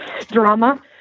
drama